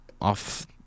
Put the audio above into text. off